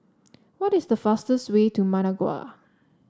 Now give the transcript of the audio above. what is the fastest way to Managua